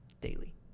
daily